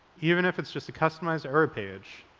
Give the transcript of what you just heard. even if it's just a customized error page,